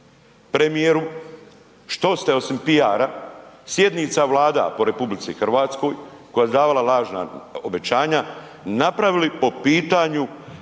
Premijeru, što ste osim PR-a, sjednica Vlada po RH koja su davala lažna obećanja napravili po pitanju